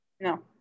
no